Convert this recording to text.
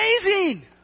amazing